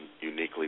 uniquely